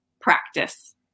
practice